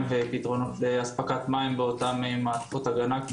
ופתרונות לאספקת מים באותן מערכות הגנה.